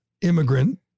immigrant